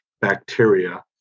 bacteria